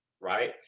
right